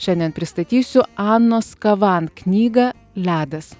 šiandien pristatysiu anos skavan knygą ledas